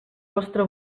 vostre